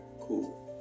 cool